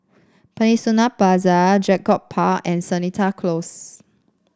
Peninsula Plaza Draycott Park and Seletar Close